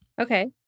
Okay